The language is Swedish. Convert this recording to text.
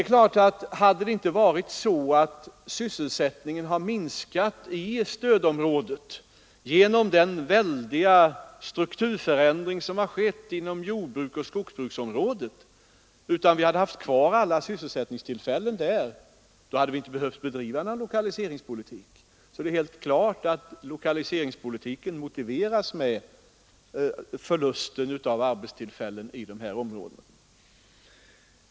Om det inte hade varit så att sysselsättningen minskat i stödområdet genom den väldiga strukturförändring som skett inom jordbruksoch skogsbruksområdet utan om vi hade haft kvar alla sysselsättningstillfällen där, skulle vi inte ha behövt bedriva någon lokaliseringspolitik. Det är helt klart att lokaliseringspolitiken motiveras med förlusten av arbetstillfällen i dessa områden.